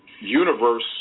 universe